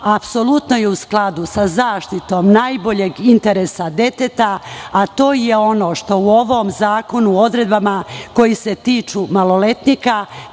apsolutno u skladu sa zaštitom najboljeg interesa deteta, a to je ono što u ovom zakonu odredbama koje se tiču maloletnika,